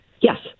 yes